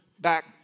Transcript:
back